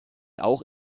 auch